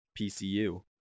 PCU